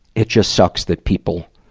it just sucks that people,